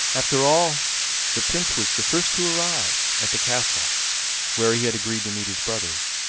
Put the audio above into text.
after all the prince was the first to arrive at the castle where he had agreed to meet his brothers,